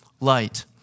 light